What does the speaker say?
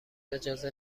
اجازه